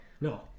no